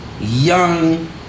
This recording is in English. young